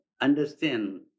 understand